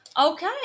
Okay